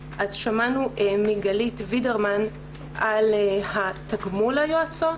שמענו מגלית וידרמן על התגמול ליועצות,